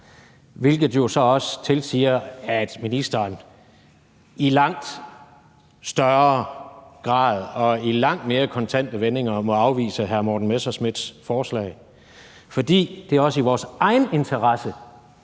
hvilket jo så også tilsiger, at ministeren i langt større grad og i langt mere kontante vendinger må afvise hr. Morten Messerschmidts forslag, fordi det også er i vores egen interesse,